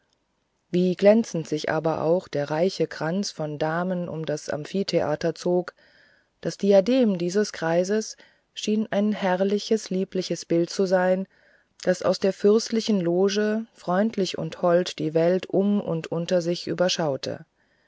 wie glänzend sich aber auch der reiche kranz von damen um das amphitheater zog das diadem dieses kreises schien ein herrliches liebliches bild zu sein das aus der fürstlichen loge freundlich und hold die welt um und unter sich